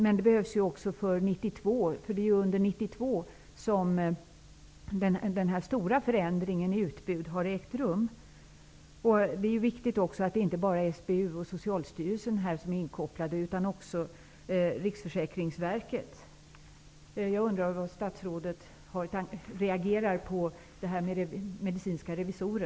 Men det behövs en utvärdering också för 1992, för det är under 1992 som den stora förändringen av utbudet har ägt rum. Det är även viktigt att inte bara SBU och Socialstyrelsen utan också Riksförsäkringsverket är inkopplade.